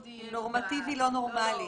נורמטיבי, לא נורמלי.